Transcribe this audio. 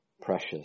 precious